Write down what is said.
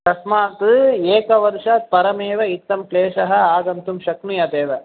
तस्मात् एकवर्षात् परमेव इत्थं क्लेशः आगन्तुं शक्नुयात् एव